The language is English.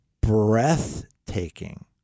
breathtaking